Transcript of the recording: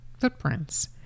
footprints